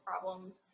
problems